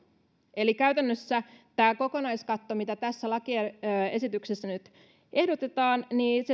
eli käytännössä tämä kokonaiskatto mitä tässä lakiesityksessä nyt ehdotetaan